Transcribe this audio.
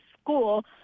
school